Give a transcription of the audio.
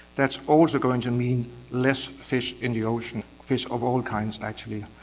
that's also going to mean less fish in the ocean, fish of all kinds actually.